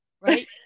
right